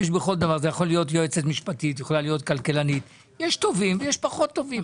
בין אם יועצת משפטית ובין אם כלכלנית יש בו טובים ופחות טובים.